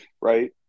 right